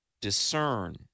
discern